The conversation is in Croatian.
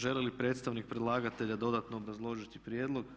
Želi li predstavnika predlagatelja dodatno obrazložiti prijedlog?